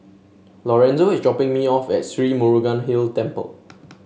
Lorenzo is dropping me off at Sri Murugan Hill Temple